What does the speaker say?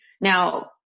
Now